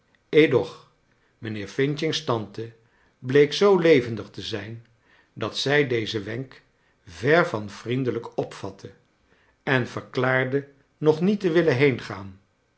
edoch mijnheer f's tante bleek zoo levendig te zijn dat zij dezen wenk ver van vriendelijk opvatte en verklaarde nog niet te willen heengaan